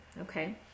okay